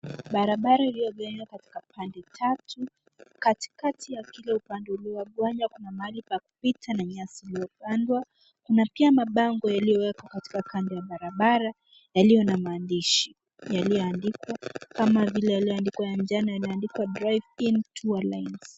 Barabara iliyojengwa katika pande tatu. Katikati ya kila upande uliogawanywa kuna mahali pa kupita na nyasi iliyopandwa. Kuna pia mabango yaliyowekwa katika kando ya barabara yaliyo na maandishi yaliyoandikwa kama vile yaliyoandikwa ya njano yaliyoandikwa Driving Tour Lines.